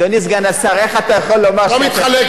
זה לא מתחלק בין כל אזרחי מדינת ישראל.